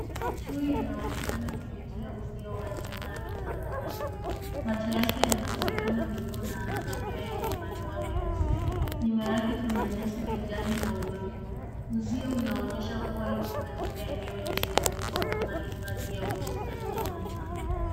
Chui anaonekana kupitia uzio wa chuma akitazama juu. Macho yake yanaonekana buluu na ana mayonya yenye madoa meusi. Nyuma yake kuna nyasi kijani na udongo. Uzio unaonyesha kuwa yuko katika eneo liliofungwa kama hifadhi au bustani ya wanyama.